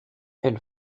elle